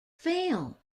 film